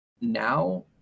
now